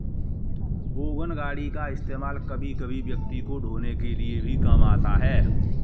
wagon गाड़ी का इस्तेमाल कभी कभी व्यक्ति को ढ़ोने के लिए भी काम आता है